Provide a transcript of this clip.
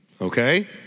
Okay